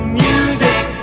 music